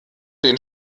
den